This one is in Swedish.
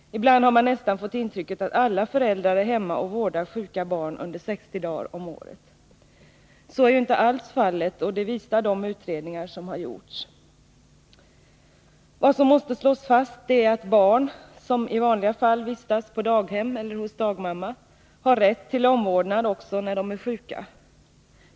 Ibland har man nästan fått intrycket att alla föräldrar är hemma och vårdar sjuka barn under 60 dagar om året. Så är ju inte alls fallet. Det visar de utredningar som har gjorts. Vad som måste slås fast är att barn som i vanliga fall vistas på daghem eller hos dagmamma har rätt till omvårdnad också när de är sjuka.